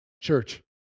Church